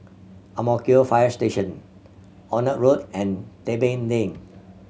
Ang Mo Kio Fire Station Onraet Road and Tebing Lane